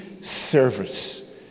service